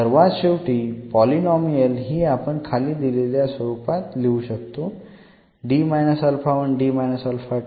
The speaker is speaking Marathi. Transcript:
सर्वात शेवटी पॉलिनॉमियल ही आपण खाली दिलेल्या स्वरूपात लिहू शकतो